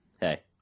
Hey